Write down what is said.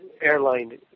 airline